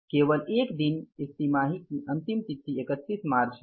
केवल एक दिन इस तिमाही की अंतिम तिथि 31 मार्च है